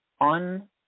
on